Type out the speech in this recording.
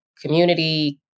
community